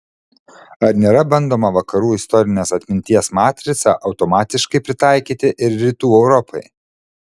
ar nėra bandoma vakarų istorinės atminties matricą automatiškai pritaikyti ir rytų europai